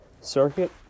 circuit